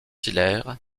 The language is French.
hilaire